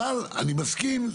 אבל, אני מסכים.